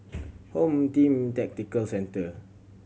Home Team Tactical Centre